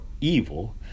evil